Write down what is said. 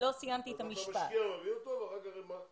אתה משקיע בלהביא אותו ואחר כך מה?